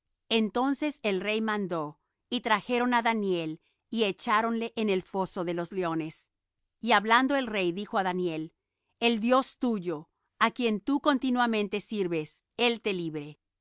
entonces el rey mandó y trajeron á daniel y echáronle en el foso de los leones y hablando el rey dijo á daniel el dios tuyo á quien tú continuamente sirves él te libre